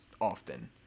often